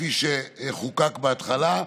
כפי שחוקק בהתחלה,